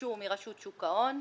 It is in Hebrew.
שביקשו מרשות שוק ההון.